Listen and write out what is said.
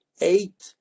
eight